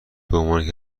بعنوان